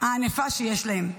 הענפה שיש להם.